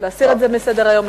להסיר את זה מסדר-היום,